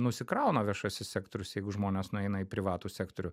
nusikrauna viešasis sektorius jeigu žmonės nueina į privatų sektorių